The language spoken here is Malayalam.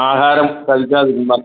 ആഹാരം കഴിക്കാതിരുന്നാൽ